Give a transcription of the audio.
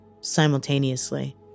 simultaneously